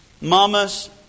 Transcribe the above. Mamas